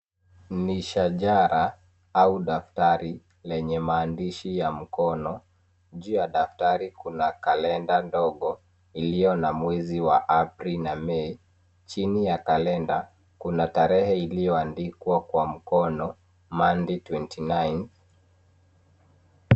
Ni shajara au daftari lenye maandishi ya mkono. Juu ya daftari kuna kalenda ndogo iliyo na mwezi wa Aprili na Mei. Chini ya kalenda, kuna tarehe iliyoandikwa kwa mkono, Monday 29 .